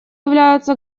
являются